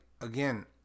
again